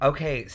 Okay